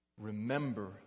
Remember